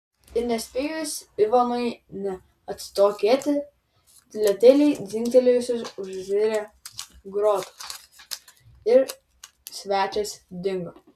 ir nespėjus ivanui nė atsitokėti tylutėliai dzingtelėjusios užsivėrė grotos ir svečias dingo